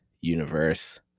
universe